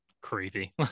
creepy